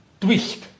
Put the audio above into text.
twist